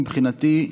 מבחינתי,